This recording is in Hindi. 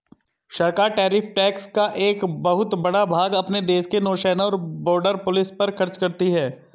सरकार टैरिफ टैक्स का एक बहुत बड़ा भाग अपने देश के नौसेना और बॉर्डर पुलिस पर खर्च करती हैं